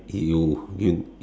you you